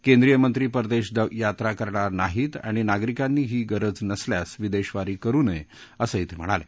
केंद्रीय मंत्री परदेश यात्रा करणार नाहीत आणि नागरिकांनी ही गरज नसल्यास विदेशवारी करु नये असंही ते म्हणाले